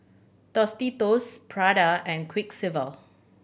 Tostitos Prada and Quiksilver